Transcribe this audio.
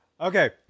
Okay